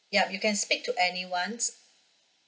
yup you can speak to anyone